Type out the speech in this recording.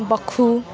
बक्खु